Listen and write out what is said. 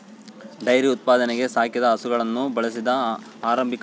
dairy ಉತ್ಪಾದನೆಗೆ ಸಾಕಿದ ಹಸುಗಳನ್ನು ಬಳಸಿದ ಆರಂಭಿಕ ಪುರಾವೆಗಳು ಏಳನೇ ಸಹಸ್ರಮಾನ ಸಿಗ್ತವ